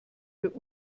wir